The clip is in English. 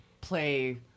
play